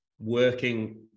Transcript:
working